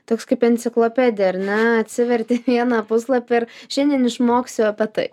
toks kaip enciklopedija ar ne atsiverti vieną puslapį ir šiandien išmoksiu apie tai